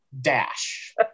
dash